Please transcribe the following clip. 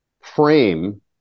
frame